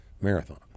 marathon